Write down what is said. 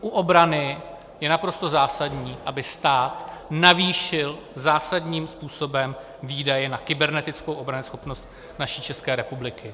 U obrany je naprosto zásadní, aby stát navýšil zásadním způsobem výdaje na kybernetickou obranyschopnost naší České republiky.